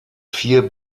vier